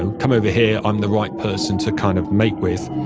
and come over here, i'm the right person to, kind of, mate with.